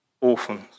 orphans